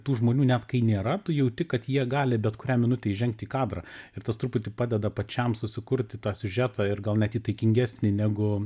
tų žmonių net kai nėra tu jauti kad jie gali bet kurią minutę įžengt į kadrą ir tas truputį padeda pačiam sukurti tą siužetą ir gal net įtakingesnį negu